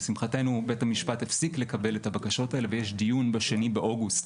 לשמחתנו בית המשפט הפסיק לקבל את הבקשות האלו ויש דיון ב-2 באוגוסט.